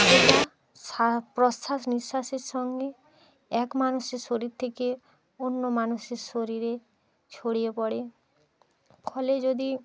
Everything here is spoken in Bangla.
এগুলো প্রশ্বাস নিঃশ্বাসের সঙ্গে এক মানুষের শরীর থেকে অন্য মানুষের শরীরে ছড়িয়ে পড়ে ফলে যদি